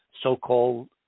so-called